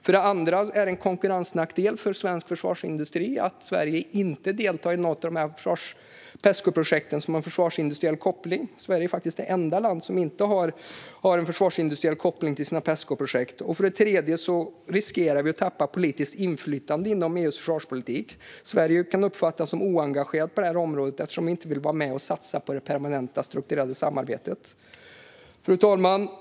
För det andra är det en konkurrensnackdel för svensk försvarsindustri att Sverige inte deltar i något av Pescoprojekten som har försvarsindustriell koppling. Sverige är faktiskt det enda land som inte har en försvarsindustriell koppling till sina Pescoprojekt. För det tredje riskerar vi att tappa politiskt inflytande inom EU:s försvarspolitik. Sverige kan uppfattas som oengagerat på området eftersom vi inte vill vara med och satsa på det permanenta strukturerade samarbetet. Fru talman!